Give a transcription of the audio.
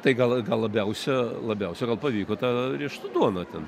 tai gal gal labiausia labiausiai gal pavyko tą riešutų duona ten